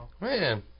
Man